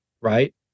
right